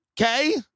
Okay